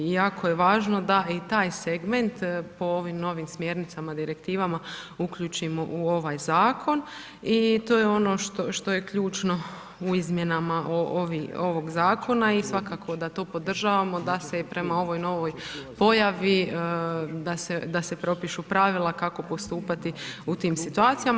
I jako je važno da i taj segment po ovim novim smjernicama direktivama uključimo u ovaj zakon i to je ono što je ključno u izmjenama ovoga zakona i svakako da to podržavamo da se prema ovoj novoj pojavi da se propišu pravila kako postupati u tim situacijama.